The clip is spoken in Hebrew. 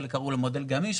חלק קראו לו מודל גמיש,